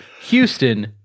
houston